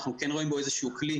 אנחנו כן רואים בו איזשהו כלי